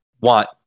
want